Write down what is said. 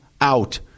out